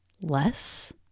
less